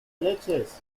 leches